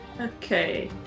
Okay